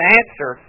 answer